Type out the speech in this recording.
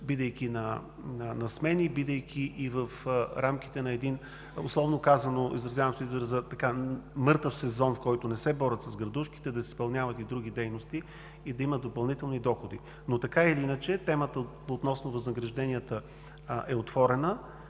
бидейки на смени, бидейки в рамките на условно казано, извинявам се за израза „мъртъв сезон“, в който не се борят с градушките, да изпълняват и други дейности и да имат допълнителни доходи. Така или иначе, темата относно възнагражденията е отворена.